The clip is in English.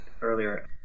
earlier